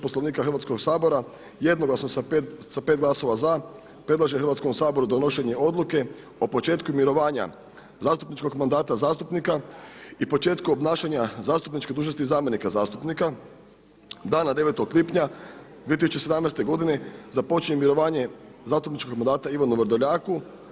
Poslovnika Hrvatskog sabora, jednoglasno sa 5 glasova za, predlaže Hrvatskom saboru donošenje odluke o početku mirovanja zastupničkog mandata zastupnika i početku obnašanja zastupničke dužnosti zamjenika zastupnika, dana 9. lipnja 2017. godine započinje mirovanje zastupničkog mandata Ivanu Vrdoljaku.